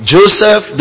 Joseph